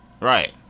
right